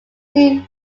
see